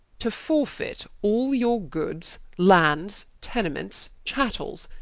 to forfeit all your goods, lands, tenements, castles,